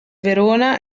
verona